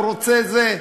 רוצה את זה.